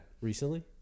Recently